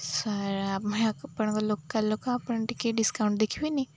sir ଆମେ ଆପଣଙ୍କ local ଲୋକ ଆପଣ ଟିକେ ଡିସକାଉଣ୍ଟ ଦେଖିବେନି